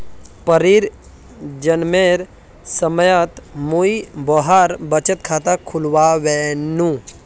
परीर जन्मेर समयत मुई वहार बचत खाता खुलवैयानु